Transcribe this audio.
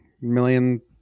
million